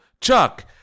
Chuck